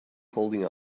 holding